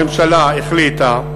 הממשלה החליטה,